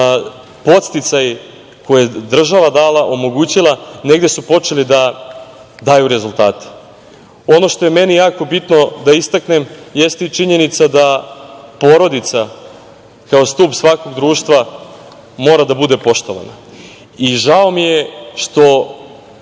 da podsticaji koje je država dala omogućila negde su počeli da daju rezultate. Ono što je meni jako bitno da istaknem jeste i činjenica da porodica kao stub svakog društva mora da bude poštovana. Žao mi je što